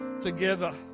together